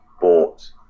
bought